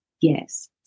Yes